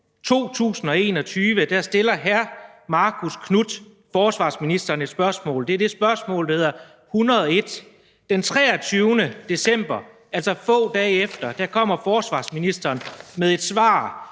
2020 stiller hr. Marcus Knuth forsvarsministeren et spørgsmål; det er det spørgsmål, der hedder spørgsmål 101. Den 23. december, altså få dage efter, kommer forsvarsministeren med et svar.